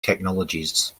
technologies